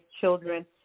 children